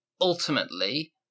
Ultimately